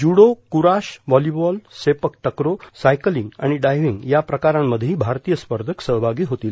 judo kurash volleyball sepak takraw cycling आणि diving या प्रकारांमध्येही भारतीय स्पर्धक सहभागी होतील